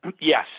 yes